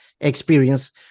experience